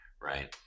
Right